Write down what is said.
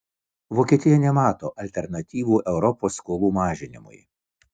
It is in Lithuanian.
vokietija nemato alternatyvų europos skolų mažinimui